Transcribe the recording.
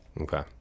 okay